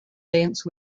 dance